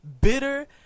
bitter